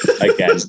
Again